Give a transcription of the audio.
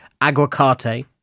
aguacate